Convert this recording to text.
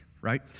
right